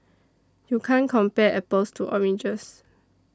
you can't compare apples to oranges